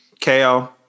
KO